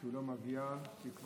אני מזמין את סגן שרת התחבורה